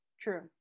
True